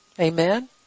Amen